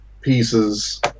pieces